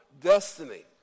destiny